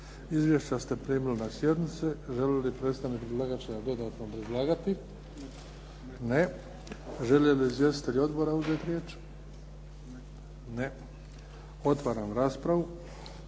Izvješća ste primili na sjednici. Želi li predstavnik predlagatelja dodatno obrazlagati? Ne. Žele li izvjestitelji odbora uzeti riječ? Ne. Otvaram raspravu.